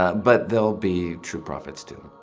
but there'll be true prophets too.